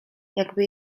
jakby